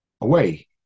away